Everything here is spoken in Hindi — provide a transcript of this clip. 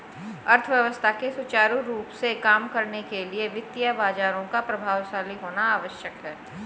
अर्थव्यवस्था के सुचारू रूप से काम करने के लिए वित्तीय बाजारों का प्रभावशाली होना आवश्यक है